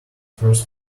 first